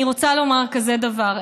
אני רוצה לומר כזה דבר,